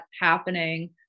happening